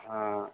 हाँ